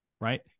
right